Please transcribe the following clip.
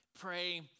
Pray